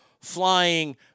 flying